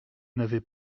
n’avez